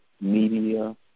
Media